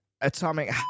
atomic